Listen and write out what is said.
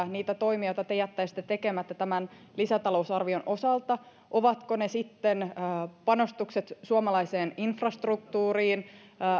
niitä toimia joita te jättäisitte tekemättä tämän lisätalousarvion osalta ovatko niitä sitten ne panostukset suomalaiseen infrastruktuuriin